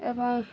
ଏବଂ